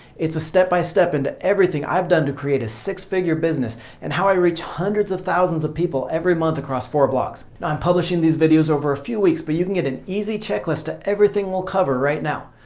it's a step by step in everything i've done to create a six-figure business and how i reach hundreds of thousands of people every month across four blogs. i'm publishing these videos over a few weeks but you can get an easy checklist to everything we'll cover right now.